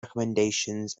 recommendations